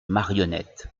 marionnettes